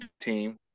team